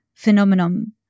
Phenomenon